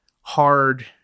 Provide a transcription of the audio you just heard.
hard